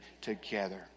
together